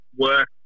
work